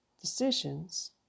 decisions